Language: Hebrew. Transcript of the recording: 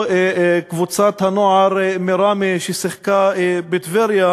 את קבוצת הנוער מראמה ששיחקה בטבריה,